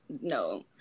No